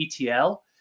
ETL